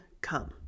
come